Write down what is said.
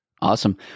Awesome